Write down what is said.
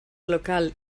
locals